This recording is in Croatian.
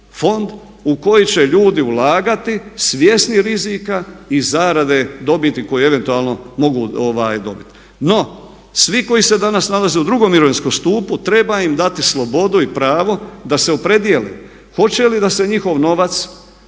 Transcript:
u koji će ljudi ulagati svjesni rizika i zarade dobiti koju eventualno mogu dobiti. No svi koji se danas nalaze u drugom mirovinskom stupu, treba im dati slobodu i pravo da se opredijele hoće li da se njihov novac,